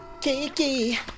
Kiki